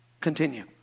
continue